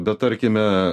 bet tarkime